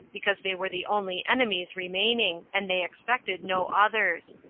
because they were the only enemies remaining, and they expected no others.